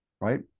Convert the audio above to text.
right